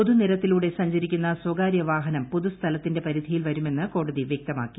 പൊതുനിരത്തിലൂടെ സഞ്ചരിക്കുന്ന സ്വകാരൃ വാഹനം പൊതുസ്ഥലത്തിന്റെ പരിധിയിൽ വരുമെന്ന് കോടതി വ്യക്തമാക്കി